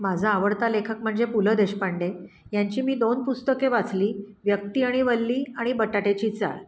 माझा आवडता लेखक म्हणजे पु ल देशपांडे यांची मी दोन पुस्तके वाचली व्यक्ती आणि वल्ली आणि बटाट्याची चाळ